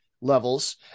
levels